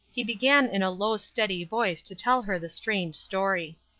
he began in a low steady voice to tell her the strange story